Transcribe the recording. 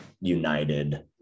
United